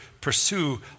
pursue